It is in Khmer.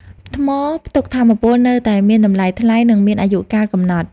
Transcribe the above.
ថ្មផ្ទុកថាមពលនៅតែមានតម្លៃថ្លៃ និងមានអាយុកាលកំណត់។